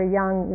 young